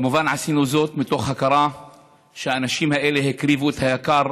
מובן שעשינו זאת מתוך הכרה שהאנשים האלה הקריבו את היקר